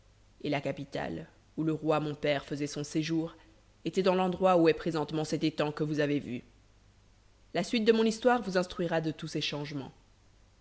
et la capitale où le roi mon père faisait son séjour était dans l'endroit où est présentement cet étang que vous avez vu la suite de mon histoire vous instruira de tous ces changements